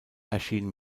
erschien